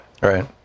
right